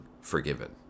forgiven